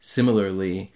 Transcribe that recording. Similarly